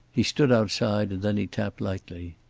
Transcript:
he stood outside, and then he tapped lightly.